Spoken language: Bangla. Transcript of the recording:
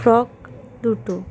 ফ্রক দুটো